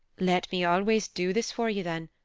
let me always do this for you, then.